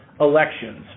elections